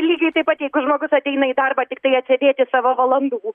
lygiai taip pat jeigu žmogus ateina į darbą tiktai atsėdėti savo valandų